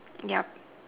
yup